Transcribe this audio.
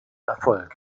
erfolg